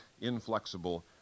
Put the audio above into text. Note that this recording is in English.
inflexible